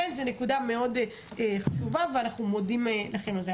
זו נקודה מאוד חשובה ואנחנו מודים לכם על זה.